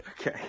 Okay